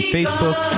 Facebook